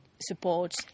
support